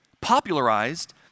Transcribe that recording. popularized